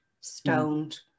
stoned